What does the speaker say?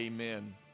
Amen